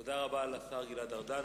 תודה רבה לשר גלעד ארדן.